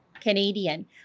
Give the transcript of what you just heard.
Canadian